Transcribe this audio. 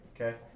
Okay